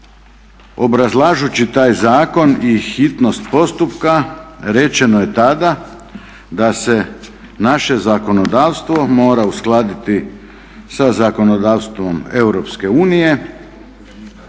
Obrazlažući taj zakon i hitnost postupka rečeno je tada da se naše zakonodavstvo mora uskladiti sa zakonodavstvom Europske unije